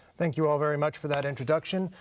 thank you all very much for that introduction.